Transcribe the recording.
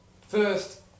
first